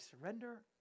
surrender